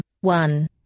one